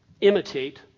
imitate